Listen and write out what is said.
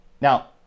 now